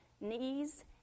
knees